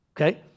Okay